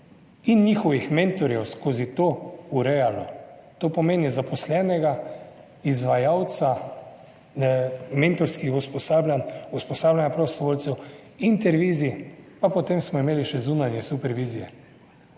in njihovih mentorjev skozi to urejalo, to pomeni zaposlenega, izvajalca mentorskih usposabljanja prostovoljcev, intervizij, pa potem smo imeli še zunanje supervizije.